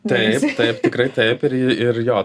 taip taip tikrai taip ir ir jo